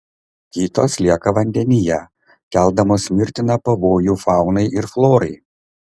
kitos lieka vandenyje keldamos mirtiną pavojų faunai ir florai